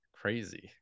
crazy